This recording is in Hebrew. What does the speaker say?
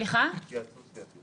התייעצות סיעתית.